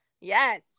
Yes